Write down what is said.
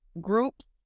groups